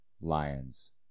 Lions